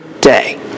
day